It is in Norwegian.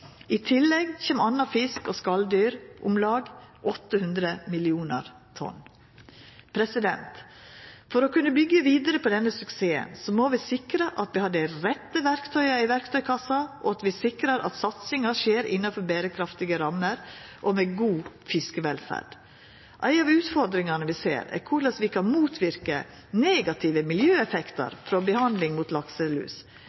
I tillegg kjem andre fisk og skaldyr, på om lag 800 millionar tonn. For å kunna byggja vidare på denne suksessen må vi sikra at vi har dei rette verktøya i verktøykassa, og at satsinga skjer innanfor berekraftige rammer og med god fiskevelferd. Ei av utfordringane vi ser, er korleis vi kan motverka negative